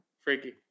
freaky